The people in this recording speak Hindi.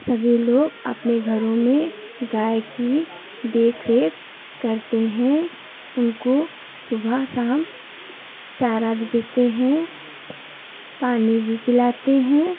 सभी लोग अपने घरों में गाय की देख रेख करते हैं उनको सुबह साम चारा भी देते हैं पानी भी पिलाते हैं